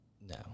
No